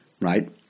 right